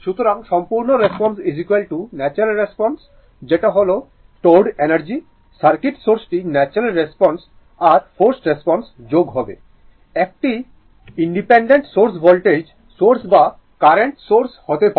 সুতরাং সম্পূর্ণ response natural response যেটা হল স্টোর্ড এনার্জি সার্কিট সোর্সটি ন্যাচারাল রেসপন্স আর ফোর্সড রেস্পন্সের যোগ হবে একটি ইন্ডিপেন্ডেন্ট সোর্স ভোল্টেজ সোর্স বা কারেন্ট সোর্স হতে পারে